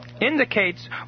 indicates